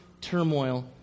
turmoil